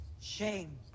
Shame